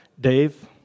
Dave